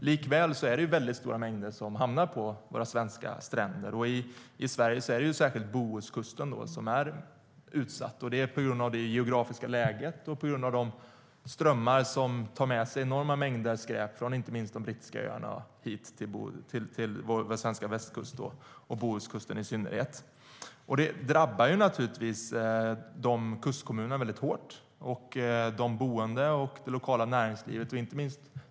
Likväl är det väldigt stora mängder som hamnar på våra svenska stränder. I Sverige är det särskilt Bohuskusten som är utsatt på grund av det geografiska läget och de strömmar som för med sig enorma mängder skräp från inte minst de brittiska öarna till den svenska västkusten och i synnerhet till Bohuskusten. Detta drabbar naturligtvis de berörda kustkommunerna, de boende, det lokala näringslivet och turismen väldigt hårt.